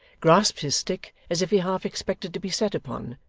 grasped his stick as if he half expected to be set upon,